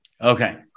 Okay